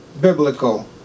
biblical